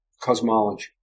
cosmology